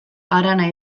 harana